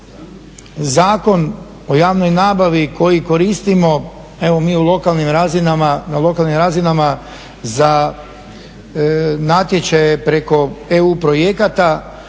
Zakon o javnoj nabavi koji koristimo, evo mi u lokalnim razinama za natječaje preko EU projekata,